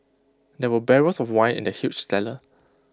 there were barrels of wine in the huge cellar